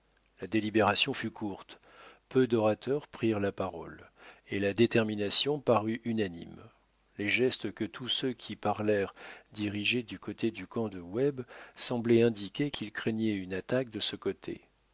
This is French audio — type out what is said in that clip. la délibération fut courte peu d'orateurs prirent la parole et la détermination parut unanime les gestes que tous ceux qui parlèrent dirigeaient du côté du camp de webb semblaient indiquer qu'ils craignaient une attaque de ce côté